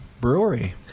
brewery